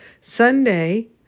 Sunday